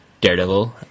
Daredevil